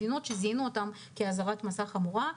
ומדינות שזיהינו אותם כאזהרת מסע חמורה,